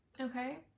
Okay